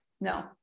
No